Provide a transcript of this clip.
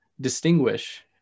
distinguish